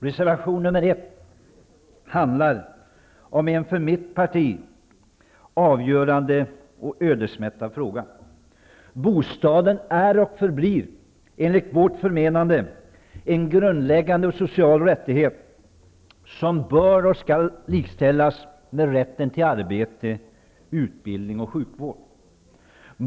Reservation 1 handlar om en för mitt parti avgörande och ödesmättad fråga. Bostaden är och förblir enligt vårt förmenande en grundläggande och social rättighet som bör och skall likställas med rätten till arbete, utbildning och sjukvård.